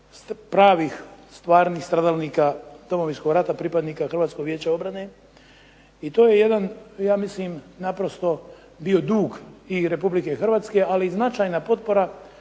pravih, stvarnih stradalnika Domovinskog rata pripadnika Hrvatskog vijeća obrane. I to je jedan ja mislim naprosto bio dug i Republike Hrvatske ali i značajna potpora